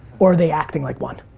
or are they acting like one?